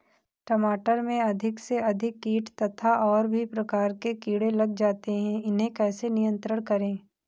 टमाटर में अधिक से अधिक कीट तथा और भी प्रकार के कीड़े लग जाते हैं इन्हें कैसे नियंत्रण करें?